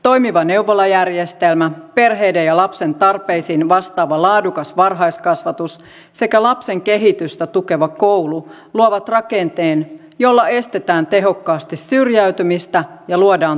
toimiva neuvolajärjestelmä perheiden ja lapsen tarpeisiin vastaava laadukas varhaiskasvatus sekä lapsen kehitystä tukeva koulu luovat rakenteen jolla estetään tehokkaasti syrjäytymistä ja luodaan tasa arvoa